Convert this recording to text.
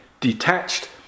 detached